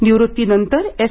निवृत्तीनंतर एस